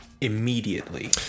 immediately